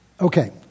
Okay